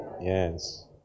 Yes